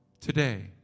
today